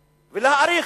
ולהאריך.